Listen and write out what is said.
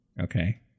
okay